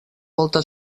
volta